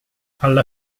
alla